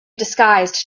disguised